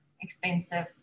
expensive